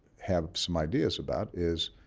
have some ideas about is,